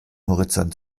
horizont